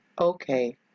Okay